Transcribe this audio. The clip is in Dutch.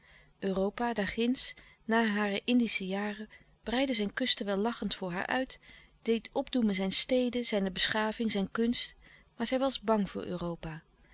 europa daarginds na hare indische jaren breidde zijn kusten wel lachend voor haar uit deed opdoemen zijn steden zijne beschaving zijn kunst maar zij was bang voor